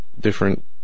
different